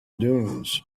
dunes